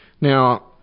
Now